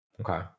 Okay